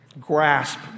grasp